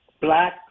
black